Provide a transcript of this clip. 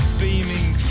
beaming